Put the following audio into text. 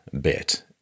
bit